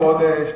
ולא